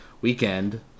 weekend